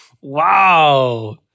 Wow